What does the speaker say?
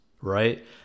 right